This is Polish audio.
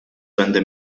będę